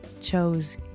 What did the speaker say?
chose